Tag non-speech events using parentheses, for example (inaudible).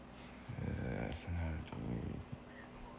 uh (noise)